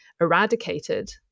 eradicated